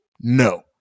no